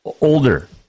older